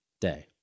day